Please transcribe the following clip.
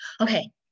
okay